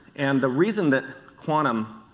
and the reason that quantum